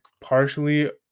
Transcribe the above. partially